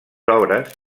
obres